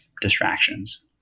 distractions